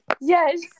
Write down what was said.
Yes